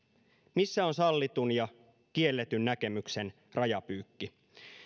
missä on sallitun ja kielletyn näkemyksen rajapyykki